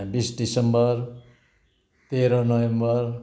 बिस डिसम्बर तेह्र नोभेम्बर